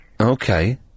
Okay